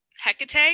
Hecate